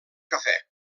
cafè